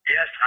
Yes